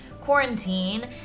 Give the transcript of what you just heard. quarantine